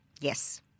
Yes